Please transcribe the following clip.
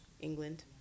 England